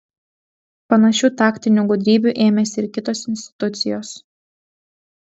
panašių taktinių gudrybių ėmėsi ir kitos institucijos